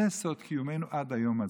זה סוד קיומנו עד היום הזה.